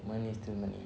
money is still money